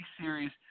Series